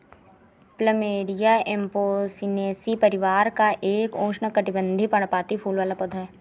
plumeria Apocynaceae परिवार का एक उष्णकटिबंधीय, पर्णपाती फूल वाला पौधा है